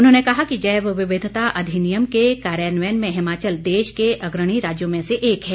उन्होंने कहा कि जैव विविधता अधिनियम के कार्यान्वयन में हिमाचल देश के अग्रणी राज्यों में से एक हैं